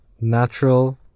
natural